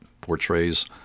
portrays